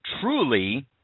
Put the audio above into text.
truly